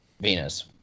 Venus